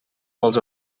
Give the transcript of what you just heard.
vols